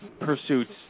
Pursuits